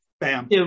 bam